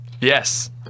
Yes